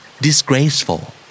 Disgraceful